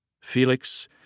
Felix